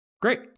Great